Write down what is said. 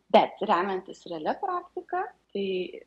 bet remiantis realia praktika tai